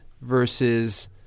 versus